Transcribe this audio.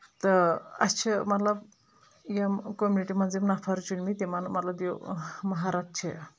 تہٕ اَسہِ چھِ مطلب یِم کومنٹی منٛز یِم نفر چھنمٕتۍ تِمن مطلب یہِ محرت چھِ